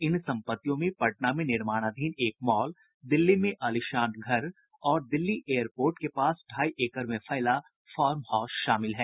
इन सम्पत्तियों में पटना में निर्माणाधीन एक मॉल दिल्ली में आलीशान घर और दिल्ली एयर पोर्ट के पास ढ़ाई एकड़ में फैला फॉर्म हाउस शामिल है